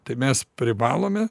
tai mes privalome